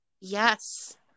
Yes